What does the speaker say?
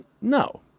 No